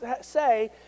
say